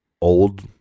old